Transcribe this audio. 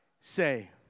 say